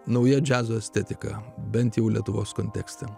nauja džiazo estetika bent jau lietuvos kontekste